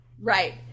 Right